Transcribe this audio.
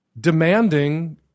demanding